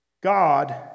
God